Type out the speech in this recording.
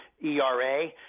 ERA